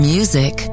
Music